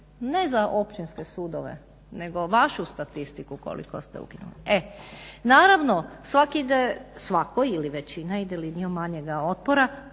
ne za općinske sudove nego vašu statistiku koliko ste ukinuli. Naravno, svatko ili većina ide linijom manjeg otpora.